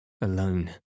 alone